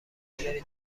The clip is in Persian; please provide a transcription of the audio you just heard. دیگری